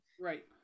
Right